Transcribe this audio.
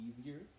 easier